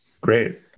Great